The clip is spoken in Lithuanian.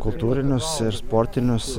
kultūrinius ir sportinius